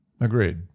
Agreed